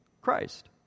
Christ